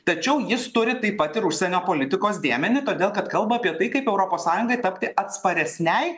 tačiau jis turi taip pat ir užsienio politikos dėmenį todėl kad kalba apie tai kaip europos sąjungai tapti atsparesnei